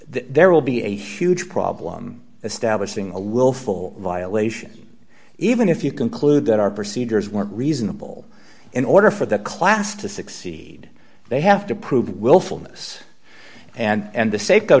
there will be a huge problem establishing a willful violation even if you conclude that our procedures were reasonable in order for the class to succeed they have to prove willfulness and the safeco